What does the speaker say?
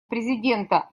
президента